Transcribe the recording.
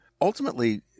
ultimately